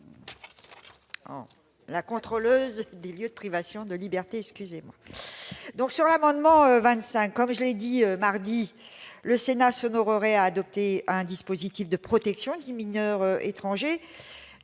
général des lieux de privation de liberté. J'en viens à l'amendement n° 25. Comme je l'ai dit mardi, le Sénat s'honorerait en adoptant un dispositif de protection des mineurs étrangers.